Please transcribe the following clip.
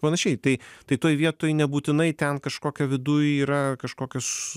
panašiai tai tai toj vietoj nebūtinai ten kažkokia viduj yra kažkokios